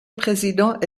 président